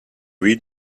read